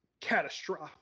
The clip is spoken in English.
catastrophic